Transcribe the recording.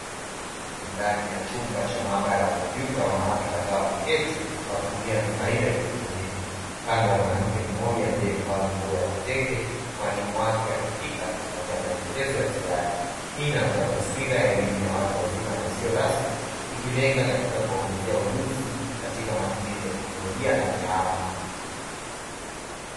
Ndani ya chumba cha maabara ya kompyuta wanawake kadhaa wameketi wakitumia vifaa hivi vya kieletroniki kando ya mwanamke mmoja aliyevaa nguo ya kitenge mwalimu wake amefika akimpatia maelekezo ya ziada hii inatoa taswira ya elimu ya watu wazima na isiyo rasmi ikilenga katika kuwaongezea ujuzi katika matumizi ya teknolojia na tehama.